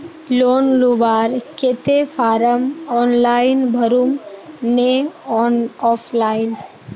Loan लुबार केते form online भरुम ने ऑफलाइन?